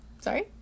Sorry